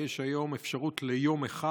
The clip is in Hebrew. יש היום אפשרות ליום אחד,